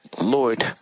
Lord